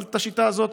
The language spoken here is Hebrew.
אבל את השיטה הזאת